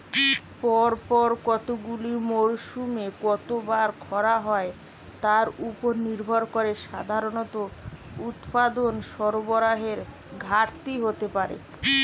পরপর কতগুলি মরসুমে কতবার খরা হয় তার উপর নির্ভর করে সাধারণত উৎপাদন সরবরাহের ঘাটতি হতে পারে